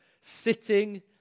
sitting